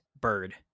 bird